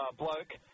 bloke